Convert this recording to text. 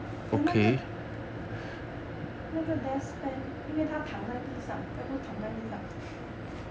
then 那个那个 desk fan 因为她躺在地上她不是躺在地上